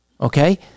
Okay